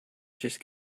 just